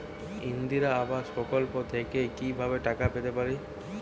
ইন্দিরা আবাস প্রকল্প থেকে কি ভাবে টাকা পেতে পারি?